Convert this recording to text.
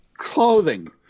clothing